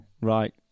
Right